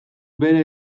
bere